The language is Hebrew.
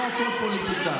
לא הכול פוליטיקה.